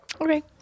Okay